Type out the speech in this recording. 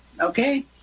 okay